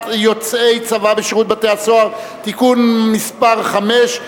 (הצבת יוצאי צבא בשירות בתי-הסוהר) (תיקון מס' 5),